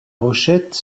rochette